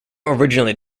originally